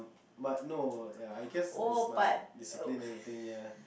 but no ya I guess it's my discipline everything ya